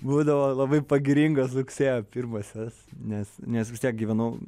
būdavo labai pagiringos rugsėjo pirmosios nes nes vis tiek gyvenau